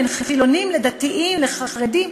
בין חילונים לדתיים לחרדים?